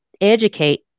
educate